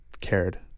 cared